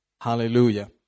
Hallelujah